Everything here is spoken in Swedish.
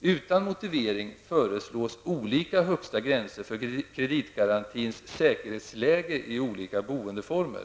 Utan motivering föreslås olika högsta gränser för kreditgarantins säkerhetsläge i olika boendeformer.